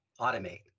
automate